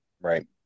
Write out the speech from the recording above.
Right